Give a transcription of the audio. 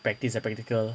practice and practical